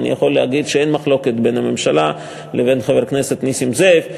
שאני יכול להגיד שאין מחלוקת בין הממשלה לבין חבר הכנסת נסים זאב.